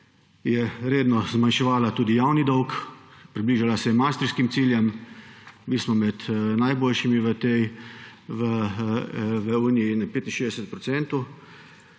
je redno zmanjševala tudi javni dolg, približala se je maastrichtskim ciljem. Mi smo med najboljšimi v Uniji, 65 %.